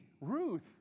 Ruth